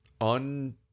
un